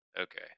okay